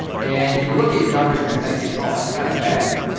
and you look at your numbers and you're thinking, oh that's kind of bad.